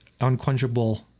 unquenchable